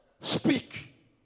speak